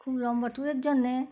খুব লম্বা ট্যুরের জন্যে